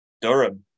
Durham